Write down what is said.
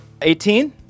18